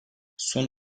son